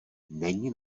není